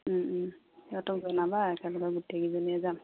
সিহঁতক জনাবা একেলগে গোটেইকেইজনীয়ে যাম